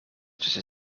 tussen